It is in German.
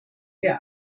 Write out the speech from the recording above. der